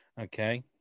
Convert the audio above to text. okay